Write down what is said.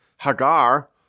Hagar